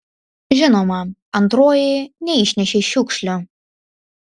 žinoma antroji neišnešei šiukšlių